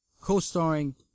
Co-starring